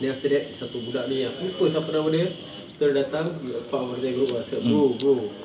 then after that satu budak ni ah lupa siapa nama dia terus datang he a part of that group ah cakap bro bro